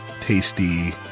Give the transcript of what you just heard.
tasty